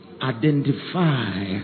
identify